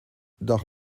dag